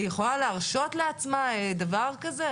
יכולה להרשות לעצמה דבר כזה?